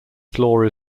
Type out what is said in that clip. floor